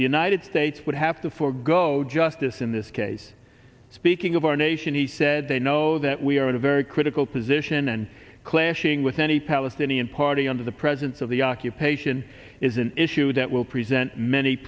the united states would have to forgo justice in this case speaking of our nation he said they know that we are in a very critical position and clashing with any palestinian party under the presence of the occupation is an issue that will present many